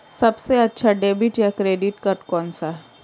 सबसे अच्छा डेबिट या क्रेडिट कार्ड कौन सा है?